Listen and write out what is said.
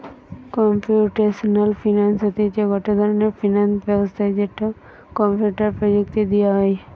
computational finance হতিছে গটে ধরণের ফিনান্স ব্যবস্থা যেটো কম্পিউটার প্রযুক্তি দিয়া হই